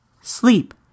sleep